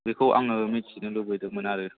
बेखौ आङो मिथिनो लुबैदोंमोन आरो